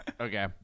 Okay